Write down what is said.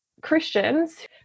Christians